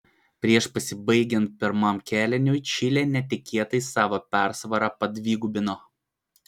prieš pasibaigiant pirmam kėliniui čilė netikėtai savo persvarą padvigubino